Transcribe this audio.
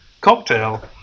cocktail